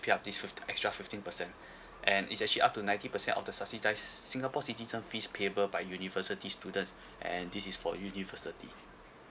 you've this fifteen extra fifteen percent and it's actually up to ninety percent of the subsidize singapore citizen fees payable by university students and this is for university